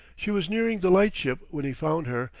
she was nearing the light-ship when he found her,